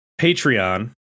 Patreon